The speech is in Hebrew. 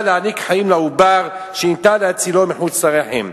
להעניק חיים לעובר שניתן להצילו מחוץ לרחם.